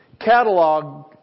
Catalog